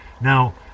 Now